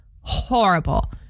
horrible